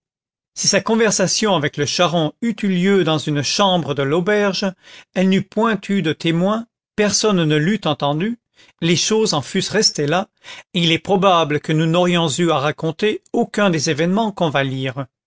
si sa conversation avec le charron eût eu lieu dans une chambre de l'auberge elle n'eût point eu de témoins personne ne l'eût entendue les choses en fussent restées là et il est probable que nous n'aurions eu à raconter aucun des événements qu'on va lire